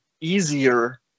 easier